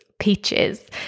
peaches